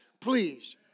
Please